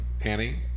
Annie